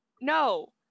No